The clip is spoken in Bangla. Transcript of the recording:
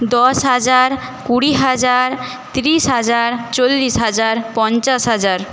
দশ হাজার কুড়ি হাজার তিরিশ হাজার চল্লিশ হাজার পঞ্চাশ হাজার